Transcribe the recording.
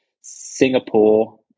Singapore